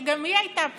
שגם היא הייתה פשרה,